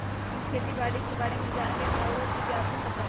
उ खेती बाड़ी के बारे में जाने के लेल आउरो जिज्ञासु हतन